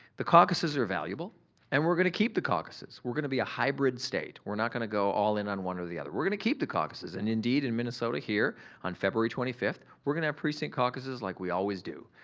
the caucuses are valuable and we're gonna keep the caucuses. we're gonna be a hybrid state. we're not gonna go all in on one or the other. we're gonna keep the caucuses. and indeed in minnesota here on february twenty fifth we're gonna have precinct caucuses like we always do.